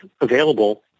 available